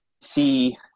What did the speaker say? see